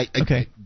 Okay